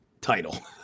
Title